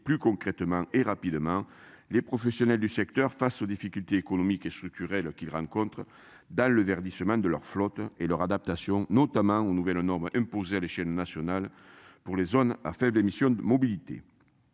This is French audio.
plus concrètement et rapidement les professionnels du secteur face aux difficultés économiques et structurelles qui rencontrent. Le verdissement de leur flotte et leur adaptation notamment aux nouvelles normes imposées à l'échelle nationale pour les zones à faibles émissions mobilité.